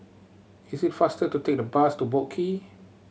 is it faster to take the bus to Boat Quay